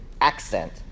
accent